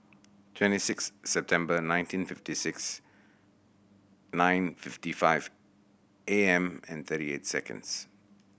twenty six September nineteen fifty six nine fifty five A M and thirty eight seconds